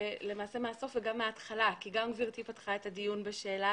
למעשה מהסוף וגם מההתחלה כי גם גברתי פתחה את הדיון בשאלה